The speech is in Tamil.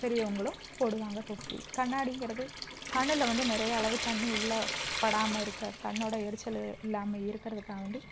பெரியவங்களும் போடுவாங்கள் தொப்பி கண்ணாடிங்கிறது கண்ணில் வந்து நிறைய அளவு தண்ணி உள்ளே படாமல் இருக்க கண்ணோட எரிச்சலும் இல்லாமல் இருக்குறதுக்காண்டி